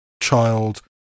child